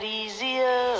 easier